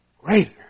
greater